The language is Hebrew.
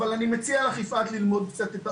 אבל אני מציע לך יפעת ללמוד קצת את העובדות,